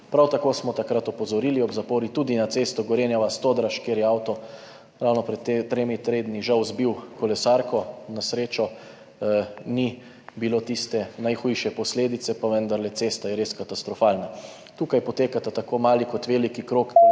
Prav tako smo takrat ob zapori opozorili tudi na cesto Gorenja vas–Todraž, kjer je avto ravno pred tremi tedni žal zbil kolesarko, na srečo ni bilo tiste najhujše posledice, pa vendarle, cesta je res katastrofalna. Tukaj potekata tako mali kot veliki krog kolesarskega